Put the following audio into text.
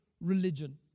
religion